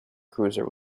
cruiser